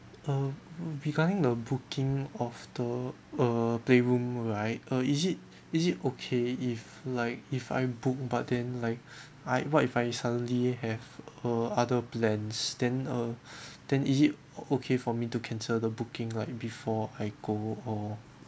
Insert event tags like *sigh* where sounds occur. um regarding the booking of the err playroom right uh is it is it okay if like if I book but then like *breath* I what if I suddenly have uh other plans then uh *breath* then is it okay for me to cancel the booking right before I go or